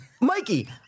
Mikey